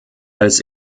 als